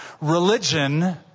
Religion